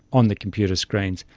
on the computer screens,